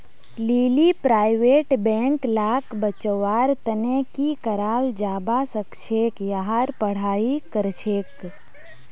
लीली private bank लाक बचव्वार तने की कराल जाबा सखछेक यहार पढ़ाई करछेक